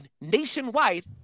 nationwide